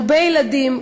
הרבה ילדים,